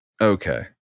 Okay